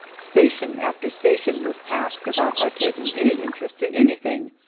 station after station was passed without our taking any interest in anything,